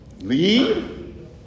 Leave